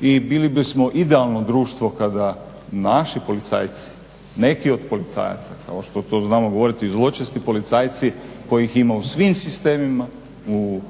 i bili bismo idealno društvo kada naši policajci, neki od policajaca kao što to znamo govoriti zločesti policajci kojih ima u svim sistemima u